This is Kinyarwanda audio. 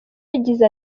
yagize